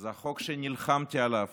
זה החוק שנלחמתי עליו